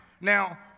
now